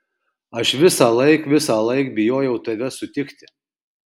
aš visąlaik visąlaik bijojau tave sutikti